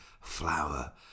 flower